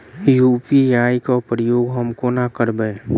UPI केँ प्रयोग हम कोना करबे?